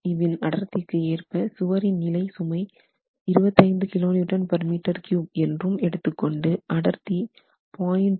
CMU வின் அடர்த்திக்கு ஏற்ப சுவரின் நிலை சுமை 25 kNm3 என்றும் எடுத்துக்கொண்டு அடர்த்தி 0